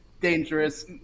dangerous